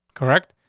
correct,